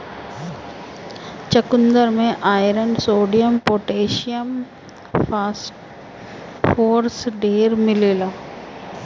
चुकन्दर में iron, sodium, potassium, phosphorus ढेर मिलेला